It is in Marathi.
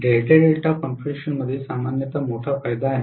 डेल्टा डेल्टा कॉन्फिगरेशनमध्ये सामान्यत मोठा फायदा